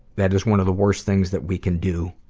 that is one of the worst things that we can do